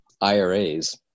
IRAs